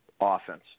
offense